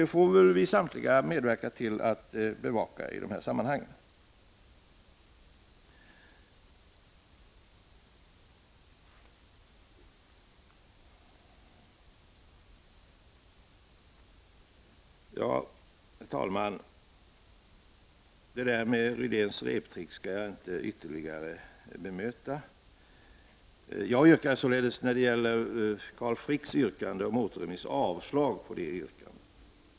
Vi får väl samtliga medverka till att bevaka detta. Herr talman! Vad Rune Rydén sade om reptricket skall jag inte ytterligare bemöta. Jag yrkar avslag på Carl Fricks yrkande om återremiss.